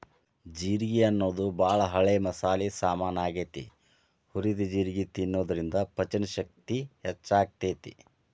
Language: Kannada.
ಜೇರ್ಗಿ ಅನ್ನೋದು ಬಾಳ ಹಳೆ ಮಸಾಲಿ ಸಾಮಾನ್ ಆಗೇತಿ, ಹುರಿದ ಜೇರ್ಗಿ ತಿನ್ನೋದ್ರಿಂದ ಪಚನಶಕ್ತಿ ಹೆಚ್ಚಾಗ್ತೇತಿ